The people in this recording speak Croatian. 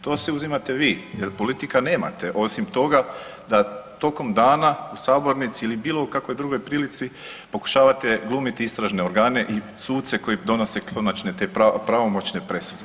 To si uzimate vi jer politika nemate, osim toga da tokom dana u sabornici ili u bilo kakvoj drugoj prilici pokušavate glumiti istražne organe i suce koji donose konačne te pravomoćne presude.